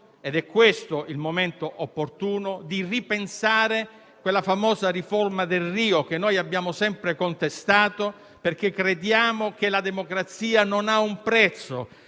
- è questo il momento opportuno - di ripensare a quella famosa riforma Delrio, che abbiamo sempre contestato perché crediamo che la democrazia non abbia un prezzo,